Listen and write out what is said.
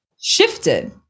shifted